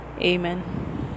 Amen